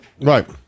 Right